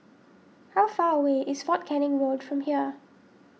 how far away is fort Canning Road from here